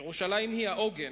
"ירושלים היא העוגן,